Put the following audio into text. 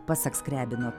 pasak skriabino